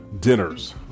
dinners